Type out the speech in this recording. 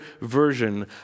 version